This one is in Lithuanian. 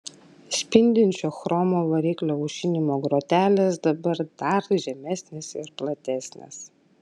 spindinčio chromo variklio aušinimo grotelės dabar dar žemesnės ir platesnės